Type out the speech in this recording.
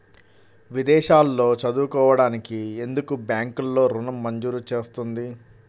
విదేశాల్లో చదువుకోవడానికి ఎందుకు బ్యాంక్లలో ఋణం మంజూరు చేస్తుంది?